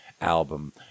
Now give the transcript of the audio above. album